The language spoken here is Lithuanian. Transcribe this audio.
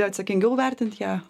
i atsakingiau vertint ją